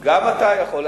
גם אתה יכול.